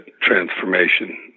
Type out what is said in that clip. transformation